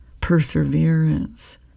perseverance